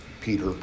peter